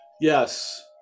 Yes